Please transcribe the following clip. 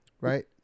right